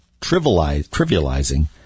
trivializing